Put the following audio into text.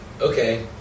okay